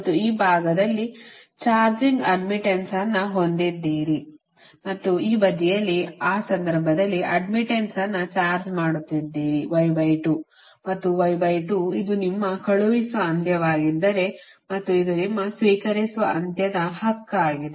ಮತ್ತು ಈ ಭಾಗದಲ್ಲಿ ಚಾರ್ಜಿಂಗ್ ಅಡ್ಡ್ಮಿಟ್ಟನ್ಸ್ ಅನ್ನು ಹೊಂದಿದ್ದೀರಿ ಮತ್ತು ಈ ಬದಿಯಲ್ಲಿ ಆ ಸಂದರ್ಭದಲ್ಲಿ ಅಡ್ಡ್ಮಿಟ್ಟನ್ಸ್ ಅನ್ನು ಚಾರ್ಜ್ ಮಾಡುತ್ತಿದ್ದೀರಿ ಮತ್ತು ಇದು ನಿಮ್ಮ ಕಳುಹಿಸುವ ಅಂತ್ಯವಾಗಿದ್ದರೆ ಮತ್ತು ಇದು ನಿಮ್ಮ ಸ್ವೀಕರಿಸುವ ಅಂತ್ಯದ ಹಕ್ಕಾಗಿದೆ